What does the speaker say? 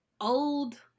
old